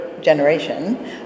generation